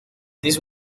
this